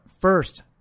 first